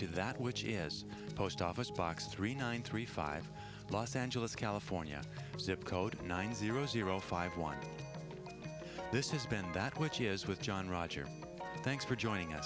to that which is post office box three nine three five los angeles california zip code nine zero zero five one this is ben and that which is with john roger thanks for joining